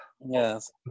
yes